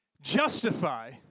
justify